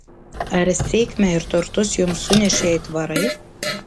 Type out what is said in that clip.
ar sėkmę ir turtus jums sunešė aitvarai